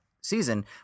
season